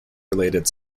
related